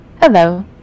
hello